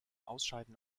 ausscheiden